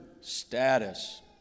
status